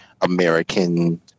american